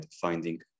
finding